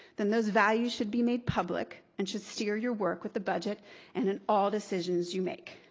then those values should be made public and should steer your work with the budget and in all decisions you make.